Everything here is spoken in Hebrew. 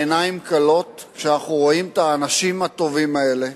העיניים כלות כשאנחנו רואים את האנשים הטובים האלה,